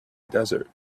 desert